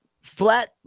flat